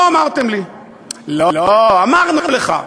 לא, אמרנו לך.